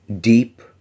deep